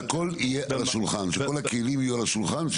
שהכול יהיה על השולחן, שכל הכלים יהיו על השולחן.